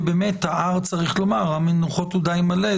ובאמת הר המנוחות הוא די מלא.